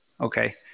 Okay